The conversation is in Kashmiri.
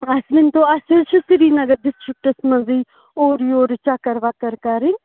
اَسہِ ؤنۍ تَو اَسہِ حظ چھِ سریٖنگر ڈِسٹرکَس منٛزٕے اورٕ یورٕ چَکَر وَکَر کَرٕنۍ